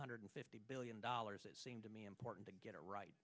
hundred fifty billion dollars it seemed to me important to get it right